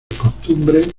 costumbres